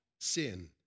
sin